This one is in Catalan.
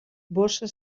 bossa